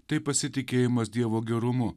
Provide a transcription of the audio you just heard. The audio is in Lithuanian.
tai pasitikėjimas dievo gerumu